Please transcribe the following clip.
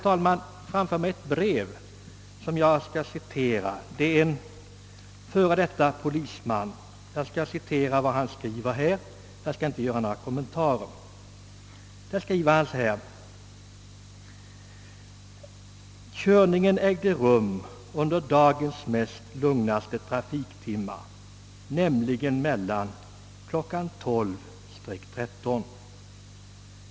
Jag har framför mig ett brev från en f.d. polisman, och jag skall utan att göra några kommentarer citera vad han skriver: »Körningen ägde rum under dagens lugnaste trafiktimmar nämligen mellan kl. 12—13.